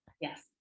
yes